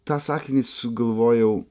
tą sakinį sugalvojau